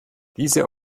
diese